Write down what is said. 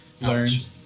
learned